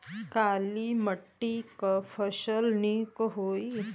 काली मिट्टी क फसल नीक होई?